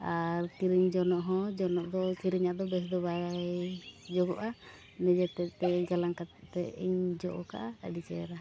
ᱟᱨ ᱠᱤᱨᱤᱧ ᱡᱚᱱᱚᱜ ᱦᱚᱸ ᱡᱚᱱᱚᱜ ᱫᱚ ᱠᱤᱨᱤᱧᱟᱜ ᱫᱚ ᱵᱮᱥ ᱫᱚ ᱵᱟᱭ ᱡᱚᱜᱚᱜᱼᱟ ᱱᱤᱡᱮᱛᱮᱫ ᱛᱮ ᱜᱟᱞᱟᱝ ᱠᱟᱛᱮᱫ ᱤᱧ ᱡᱚᱜ ᱟᱠᱟᱫᱼᱟ ᱟᱹᱰᱤ ᱪᱮᱦᱨᱟ